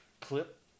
clip